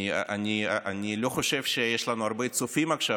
אני לא חושב שיש לנו הרבה צופים עכשיו,